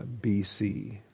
BC